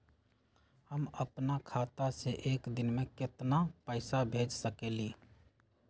हम अपना खाता से एक दिन में केतना पैसा भेज सकेली?